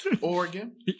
Oregon